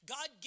God